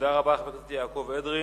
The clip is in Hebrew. תודה רבה, חבר הכנסת יעקב אדרי.